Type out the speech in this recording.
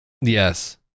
Yes